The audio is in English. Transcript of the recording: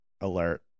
alert